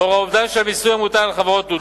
לאור העובדה שהמיסוי המוטל על חברות הוא דו-שלבי,